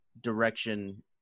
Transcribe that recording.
direction